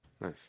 Nice